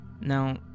Now